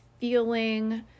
feeling